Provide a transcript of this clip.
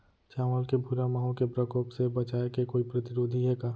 चांवल के भूरा माहो के प्रकोप से बचाये के कोई प्रतिरोधी हे का?